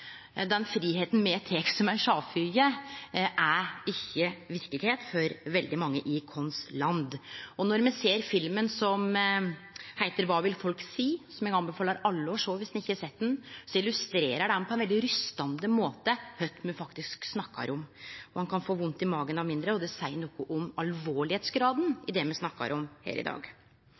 Den fridomen me tek som ei sjølvfylgje, er ikkje verkelegheita for veldig mange i vårt land. Filmen som heiter «Hva vil folk si» – som eg anbefaler alle å sjå om dei ikkje har sett han – illustrerer på ein veldig opprørande måte kva me faktisk snakkar om. Ein kan få vondt i magen av mindre, og det seier noko om graden av alvor i det me snakkar om her i dag.